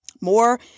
more